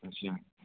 ਅੱਛਾ